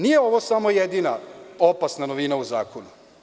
Nije ovo samo jedina opasna novina u zakonu.